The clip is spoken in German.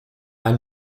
ein